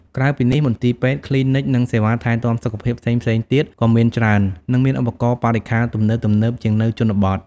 ក្រៅពីនេះ មន្ទីរពេទ្យ គ្លីនិក និងសេវាថែទាំសុខភាពផ្សេងៗទៀត ក៏មានច្រើន និងមានឧបករណ៍បរិក្ខារទំនើបៗជាងនៅជនបទ។